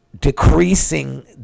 decreasing